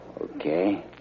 Okay